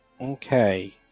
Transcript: Okay